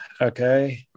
okay